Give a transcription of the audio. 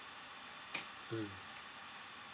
mm